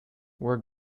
where